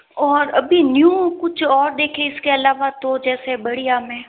और अभी न्यू कुछ और देखें इसके अलावा तो जैसे बढ़िया में